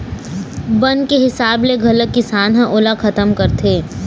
बन के हिसाब ले घलोक किसान ह ओला खतम करथे